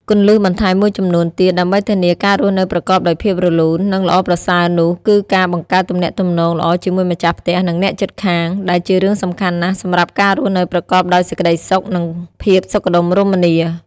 គន្លឹះបន្ថែមមួយចំនួនទៀតដើម្បីធានាការរស់នៅប្រកបដោយភាពរលូន និងល្អប្រសើរនោះគឺការបង្កើតទំនាក់ទំនងល្អជាមួយម្ចាស់ផ្ទះ និងអ្នកជិតខាង ដែលជារឿងសំខាន់ណាស់សម្រាប់ការរស់នៅប្រកបដោយសេចក្តីសុខ និងភាពសុខដុមរមនា។